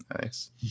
Nice